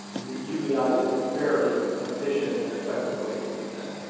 the ubi is a very efficient and effective way to do that.